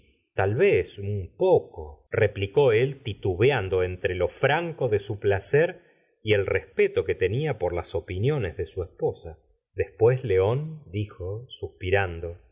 tal vez un poco replicó él titubeando entre lo franco de su placer y el respeto que tenia por las opiniones de su esposa después león dijo suspirando